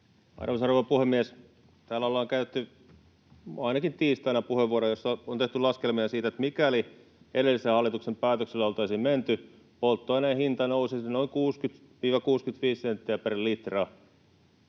Arvoisa rouva puhemies! Täällä ollaan käytetty ainakin tiistaina puheenvuoro, jossa on tehty laskelmia siitä, että mikäli edellisen hallituksen päätöksellä oltaisiin menty, polttoaineen hinta nousisi noin 60—65 senttiä per litra.